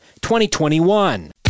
2021